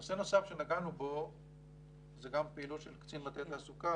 נושא נוסף שנגענו בו זה גם פעילות של מטה תעסוקה